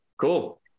cool